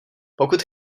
pokud